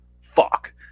fuck